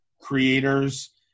creators